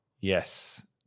Yes